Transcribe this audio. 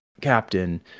captain